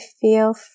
feel